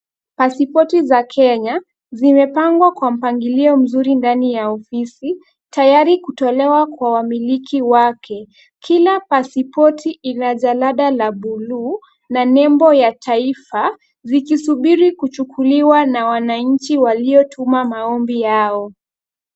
Pasipoti za Kenya zimepangwa kwa mpangilio mzuri ndani ya ofisi tayari kutolewa kwa wamiliki wake, kila pasipoti ina jalada la bluu na nembo ya taifa zikisubiri kuchukuliwa na wananchi waliotuma maombi yao.